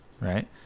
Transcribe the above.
Right